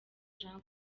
jean